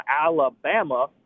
Alabama